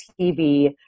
TV